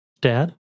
dad